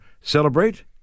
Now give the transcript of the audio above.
celebrate